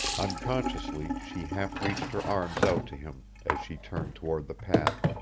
unconsciously she half reached her arms out to him as she turned toward the path.